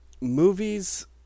Movies